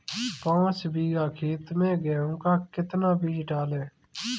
पाँच बीघा खेत में गेहूँ का कितना बीज डालें?